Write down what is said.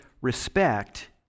respect